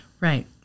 Right